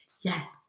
Yes